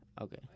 Okay